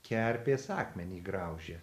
kerpės akmenį graužė